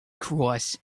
cross